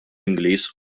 ingliż